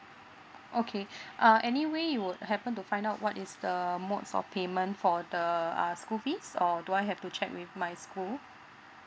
okay uh anyway you would happen to find out what is the modes of payment for the uh school fees or do I have to check with my school